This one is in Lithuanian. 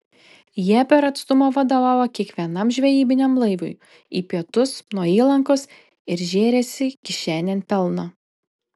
jie per atstumą vadovavo kiekvienam žvejybiniam laivui į pietus nuo įlankos ir žėrėsi kišenėn pelną